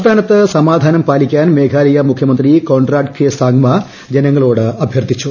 സംസ്മാന്നത്ത് സമാധാനം പാലിക്കാൻ മേഘാലയ മുഖ്യമന്ത്രി കോൺറാഡ് ്കെ സാംഗ്മ ജനങ്ങളോട് അഭ്യർത്ഥിച്ചു